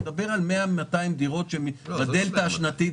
אתה מדבר על מאה-מאתיים דירות בדלתא השנתית.